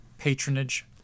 patronage